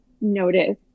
notice